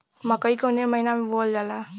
मकई कवने महीना में बोवल जाला?